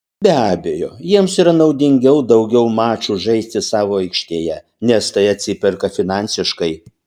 be abejo jiems yra naudingiau daugiau mačų žaisti savo aikštėje nes tai atsiperka finansiškai